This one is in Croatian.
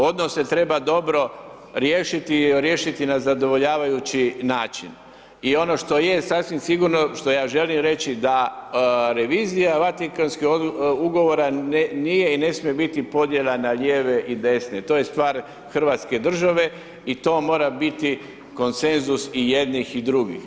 Odnose treba dobro riješiti i riješiti na zadovoljavajući način i ono što je sasvim sigurno, što ja želim reći, da revizija Vatikanskih ugovora nije i ne smije biti podjela na lijeve i desne, to je stvar hrvatske države i to mora biti konsenzus i jednih i drugih.